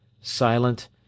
silent